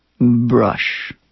Brush